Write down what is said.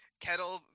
Kettle